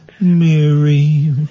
Mary